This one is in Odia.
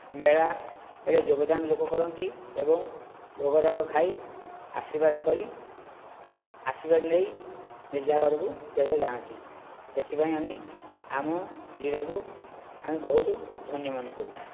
ମେଳାରେ ଯୋଗ ଦାନ ଲୋକ କରନ୍ତି ଏବଂ ଭୋଗ ରାଗ ଖାଇ ଆଶୀର୍ବାଦ କରି ଆଶୀର୍ବାଦ ନେଇ ଯେଝା ଘରକୁ ଯେଝା ଯାଆନ୍ତି ସେଥିପାଇଁ ଆମେ ଆମ ଜିଲ୍ଲାକୁ ଆମେ ବହୁତ ଧନ୍ୟ ମନେ କରୁ